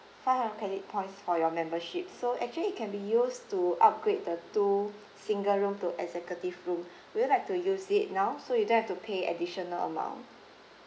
five hundred credit points for your membership so actually it can be used to upgrade the two single room to executive room would you like to use it now so you don't have to pay additional amount